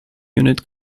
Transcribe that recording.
unit